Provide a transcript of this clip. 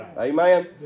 Amen